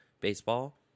baseball